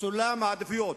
סולם העדיפויות.